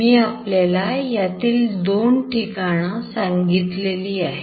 मी आपल्याला यातील दोन ठिकाणं सांगितलेली आहेत